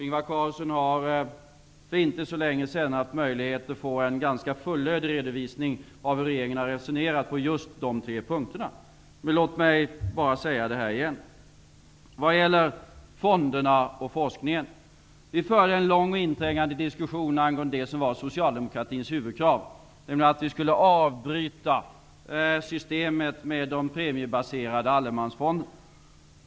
Ingvar Carlsson har för inte så länge sedan haft möjlighet att få en ganska fullödig redovisning av hur regeringen har resonerat på just de tre punkterna. Låt mig säga detta igen. När det gäller fonderna och forskningen förde vi en lång och inträngande diskussion angående det som var Socialdemokraternas huvudkrav, nämligen att vi skulle avbryta systemet med de premiebaserade allemansfonderna.